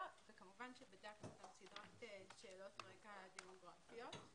וכמובן שבדקנו גם סדרת שאלות רקע דמוגרפיות.